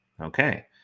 Okay